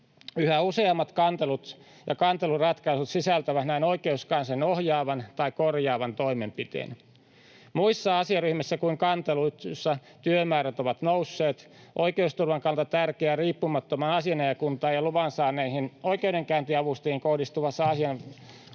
Yhä useammat kantelut ja kanteluratkaisut sisältävät näin oikeuskanslerin ohjaavan tai korjaavan toimenpiteen. Muissa asiaryhmissä kuin kanteluissa työmäärät ovat nousseet, oikeusturvan kannalta tärkeässä riippumattoman asianajajakunnan ja luvan saaneisiin oikeudenkäyntiavustajiin kohdistuvassa asianajovalvonnassa